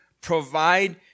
provide